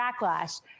backlash